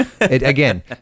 Again